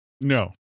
No